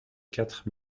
quatre